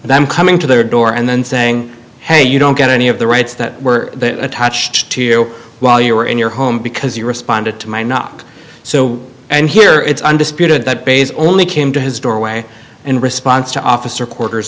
them coming to their door and then saying hey you don't get any of the rights that were attached to you while you were in your home because you responded to my not so and here it's undisputed that baze only came to his doorway in response to officer quarters